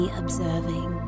observing